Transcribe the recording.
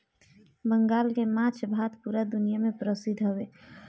बंगाल के माछ भात पूरा दुनिया में परसिद्ध हवे